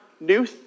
new